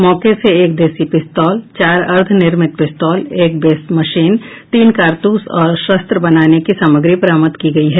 मौके से एक देसी पिस्तौल चार अर्द्ध निर्मित पिस्तौल एक बेस मशीन तीन कारतूस और शस्त्र बनाने की सामग्री बरामद की गयी है